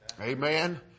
Amen